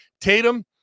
Tatum